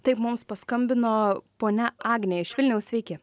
taip mums paskambino ponia agnė iš vilniaus sveiki